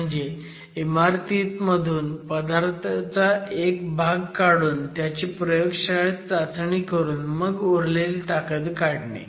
म्हणजे इमारतीमधून पदार्थाचा एक भाग काढून त्याची प्रयोगशाळेत चाचणी करून मग उरलेली ताकद काढणे